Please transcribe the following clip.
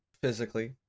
physically